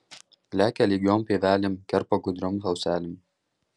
lekia lygiom pievelėm kerpa gudriom auselėm